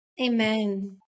Amen